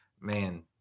man